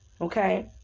Okay